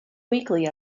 weekly